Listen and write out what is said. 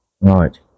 right